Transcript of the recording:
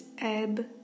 ebb